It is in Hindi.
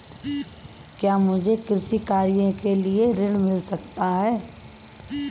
क्या मुझे कृषि कार्य के लिए ऋण मिल सकता है?